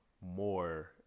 more